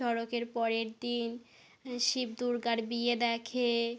চড়কের পরের দিন শিব দুর্গার বিয়ে দেখে